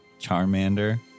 Charmander